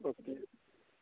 okay